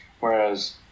Whereas